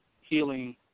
Healing